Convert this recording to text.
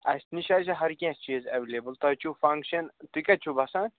اسہِ نِش حظ چھِ ہر کیٚنہہ چیٖز ایٚوِلیبُل تۄہہِ چھُو فنٛکشَن تُہۍ کَتہِ چھُو بسان